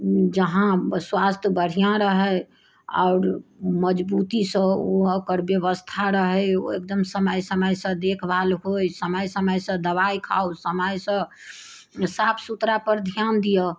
जहाँ स्वास्थ्य बढ़िऑं रहै आओर मजबूतीसँ ओ ओकर व्यवस्था रहै ओ एकदम समय समयसँ देखभाल होइ समय समयसँ दवाइ खाऊ समयसँ साफ सुथरा पर ध्यान दिअ